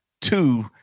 two